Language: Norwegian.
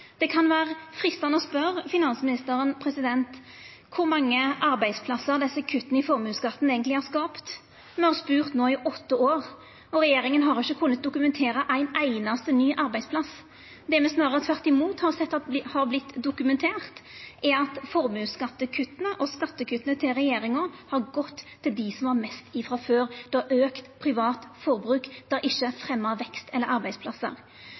Det kan vera freistande å spørja finansministeren kor mange arbeidsplassar desse kutta i formuesskatten eigentleg har skapt. Me har spurt i åtte år, og regjeringa har ikkje kunna dokumentera ein einaste ny arbeidsplass. Det me snarare tvert imot har sett dokumentert, er at formuesskattekutta og skattekutta til regjeringa har gått til dei som har mest frå før, det har auka privat forbruk, det har ikkje fremja vekst eller arbeidsplassar.